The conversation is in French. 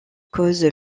cause